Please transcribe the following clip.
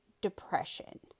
depression